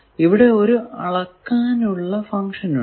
ഇവിടെ ഒരു അളക്കാനുള്ള ഫങ്ക്ഷൻ ഉണ്ട്